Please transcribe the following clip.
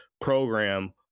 program